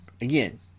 Again